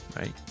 Right